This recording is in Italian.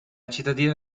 cittadina